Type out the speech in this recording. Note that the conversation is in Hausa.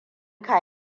ka